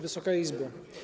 Wysoka Izbo!